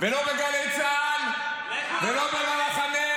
-- ולא בגלי צה"ל, ולא בבמחנה.